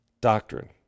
doctrine